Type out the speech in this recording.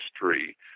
history